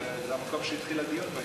זה המקום שהתחיל הדיון בעניין.